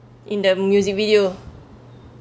in the music video